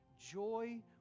joy